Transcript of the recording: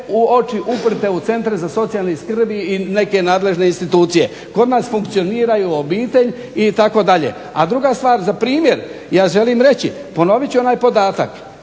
oči uprte u centar za socijalnu skrb i neke nadležne institucije. Kod nas funkcioniraju obitelj itd. A druga stvar, za primjer ja želim reći, ponovit ću onaj podatak